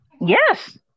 Yes